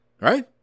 Right